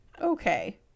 Okay